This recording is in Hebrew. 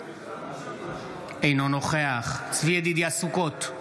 אינו נוכח צבי ידידיה סוכות,